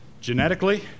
genetically